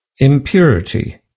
Impurity